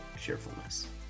cheerfulness